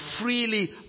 freely